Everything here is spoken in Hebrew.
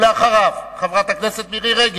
אחריו, חברת הכנסת מירי רגב.